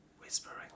whispering